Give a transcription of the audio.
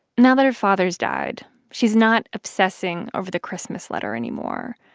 now that her father's died, she's not obsessing over the christmas letter anymore,